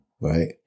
Right